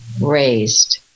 raised